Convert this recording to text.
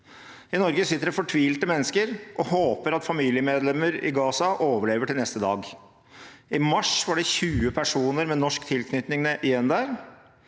I Norge sitter det fortvilte mennesker og håper at familiemedlemmer i Gaza overlever til neste dag. I mars var det 20 personer med norsk tilknytning igjen der.